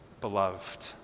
beloved